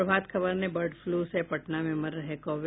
प्रभात खबर ने bird flu से पटना में मर रहे कौए